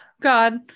god